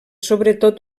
sobretot